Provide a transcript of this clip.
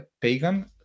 pagan